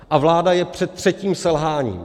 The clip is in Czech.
A vláda je před třetím selháním.